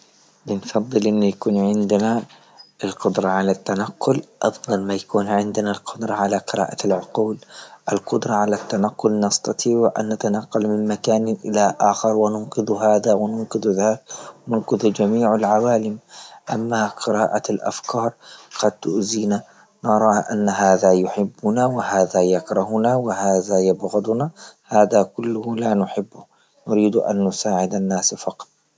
بنفضل أن يكون عندنا القدرة على التنقل أفضل ما يكون عندنا القدرة على قراءة العقول، القدرة على التنقل نستطيع أن نتنقل من مكان إلى أخر وننقذ هذا وننقذ هذا وننقذ من كل جميع العوالم، أما قراءة لأفكار قد تأزينا نراه أن هذا يحبنا وهذا يكرهنا وهذا يبغضنا هذا كله لا نحبه، نريد أن نساعد الناس فقط.